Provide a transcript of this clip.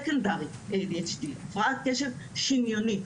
second ADHD הפרעת קשב שניונית,